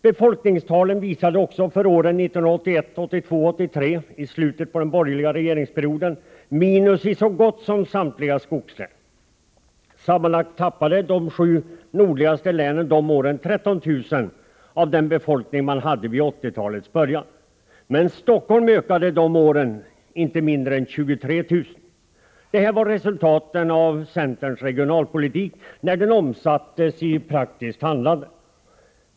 Befolkningstalen visade också för åren 1981, 1982 och 1983, alltså i slutet av den borgerliga regeringsperioden, minus i så gott som samtliga skogslän. Sammanlagt tappade de sju nordligaste länen de åren 13 000 av den befolkning man hade vid 1980-talets början. Men Stockholms befolkning ökade de åren med inte mindre än 23 000 personer. Det var resultatet av centerns regionalpolitik när den omsattes i praktiskt handlande.